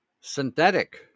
synthetic